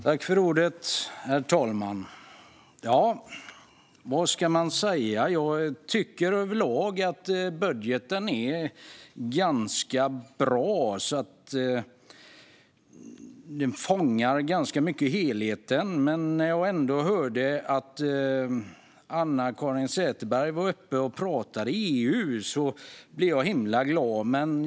Herr talman! Vad ska man säga? Jag tycker överlag att budgeten är ganska bra - den fångar ganska mycket av helheten. När jag hörde att Anna-Caren Sätherberg var uppe och pratade om EU blev jag himla glad.